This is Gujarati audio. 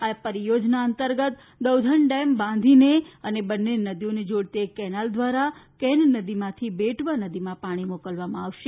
આ પરિયોજના અંતર્ગત દૌધન ડેમ બાંધીને અને બંન્ને નદીઓને જોડતી એક કેનાલ દ્વારા કેન નદીમાંથી બેટવા નદીમાં પાણી મોકલવામાં આવશે